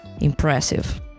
impressive